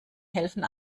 helfen